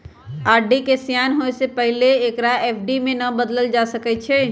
RD के सेयान होय से पहिले एकरा एफ.डी में न बदलल जा सकइ छै